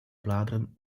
bladeren